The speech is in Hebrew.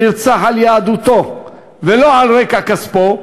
נרצח על יהדותו ולא על רקע כספו,